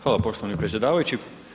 Hvala poštovani predsjedavajući.